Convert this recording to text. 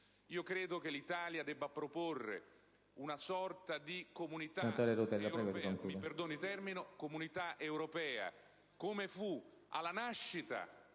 Credo che l'Italia debba proporre una sorta di Comunità europea, come fu alla nascita